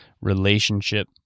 relationship